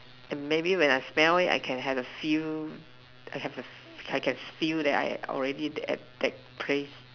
and maybe when I smell it I can have a feel have a I can feel that I'm already at that place